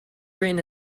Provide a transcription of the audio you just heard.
written